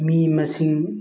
ꯃꯤ ꯃꯁꯤꯡ